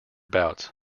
bouts